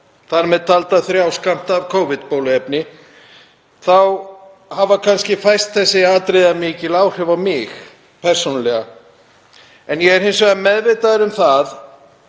þar með talda þrjá skammta af Covid-bóluefni, þá hafa kannski fæst þessi atriði mikil áhrif á mig persónulega en ég er hins vegar meðvitaður um að